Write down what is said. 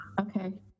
okay